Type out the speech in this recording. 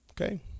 okay